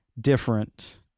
different